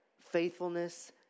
faithfulness